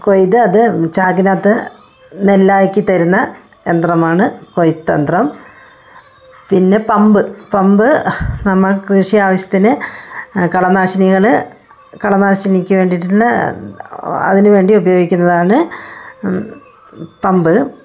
കൊയ്ത് അത് ചാക്കിനകത്ത് നെല്ലാക്കി തരുന്ന യന്ത്രമാണ് കൊയ്ത്ത് എന്ത്രം പിന്നെ പമ്പ് പമ്പ് നമ്മുടെ കൃഷി ആവശ്യത്തിന് കളനാശിനികൾ കളനാശിനിക്ക് വേണ്ടിയിട്ടുള്ള അതിന് വേണ്ടി ഉപയോഗിക്കുന്നതാണ് പമ്പ്